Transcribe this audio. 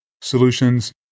solutions